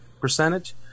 percentage